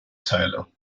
teile